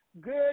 Good